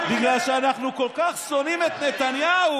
בגלל שאנחנו כל כך שונאים את נתניהו,